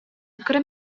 кыра